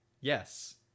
yes